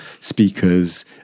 speakers